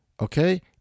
okay